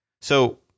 So-